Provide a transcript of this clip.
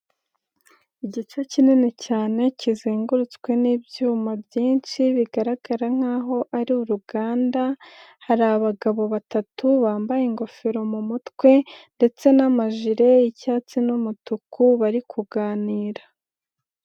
Igice kinini cyane kizengurutswe nibyuma byinshi bigaragara nkaho ari uruganda, hari abagabo batatu bambaye ingofero mu mutwe ndetse n'amajire y'icyatsi n'umutuku bari kuganira.